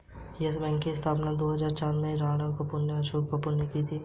yes Bank की स्थापना दो हजार चार में राणा कपूर और अशोक कपूर ने की थी